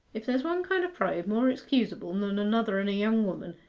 if there's one kind of pride more excusable than another in a young woman,